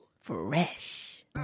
Fresh